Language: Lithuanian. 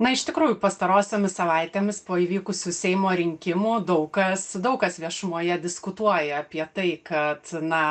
na iš tikrųjų pastarosiomis savaitėmis po įvykusių seimo rinkimų daug kas daug kas viešumoje diskutuoja apie tai kad na